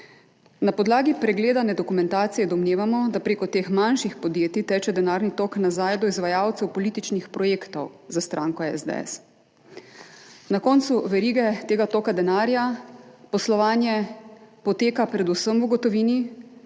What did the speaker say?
Na podlagi pregledane dokumentacije domnevamo, da prek teh manjših podjetij teče denarni tok nazaj do izvajalcev političnih projektov za stranko SDS. Na koncu verige tega toka denarja poslovanje poteka predvsem v gotovini,